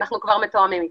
אנחנו מתואמים אתם.